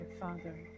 father